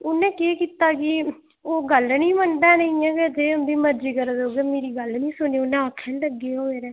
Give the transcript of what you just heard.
उ'न्नै केह् कीता कि ओह् गल्ल निं मन्नदा ऐ न इ'यां फिर ते उं'दी मर्जी करै ते उ'यै मेरी गल्ल गै निं सुनी उ'न्नै आक्खै निं लग्गे ओह् मेरै